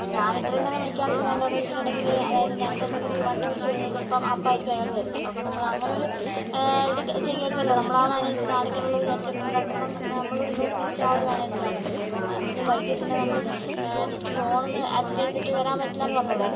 അപ്പോൾ ഞാൻ ഇത്രയും നേരം വിളിക്കാതിരുന്നത് എന്താന്ന് വച്ചിട്ടുണ്ടങ്കില് അതായത് ഞാനിപ്പം എന്തെങ്കിലും ഒരു വണ്ടി വിളിച്ച് പോകുവാണെൽ ചിലപ്പം അപ്പമായിരിക്കും അയാള് വരുന്നത് അപ്പം നമ്മളങ്ങനെ ഒരു ഇത് ചെയ്യരുതല്ലോ നമ്മളാ മാനേഷ്സ് കാണിക്കണമല്ലോന്ന് വിചാരിച്ച് ഇതാക്കുമ്പം നമ്മളോട് ഇങ്ങോട്ട് തിരിച്ച് ആ ഒരു മാനേഷ്സ് കാണിക്കണ്ടേ ഇപ്പോൾ എന്തെങ്കിലും വൈകിയിട്ടുണ്ടെങ്കിൽ നമ്മള് ജസ്റ്റ് ഫോണൊന്ന് അറ്റൻറ് ചെയ്തിട്ട് വരാൻ പറ്റില്ലാന്ന് പറഞ്ഞൂടെ